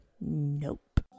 nope